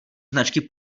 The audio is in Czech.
značky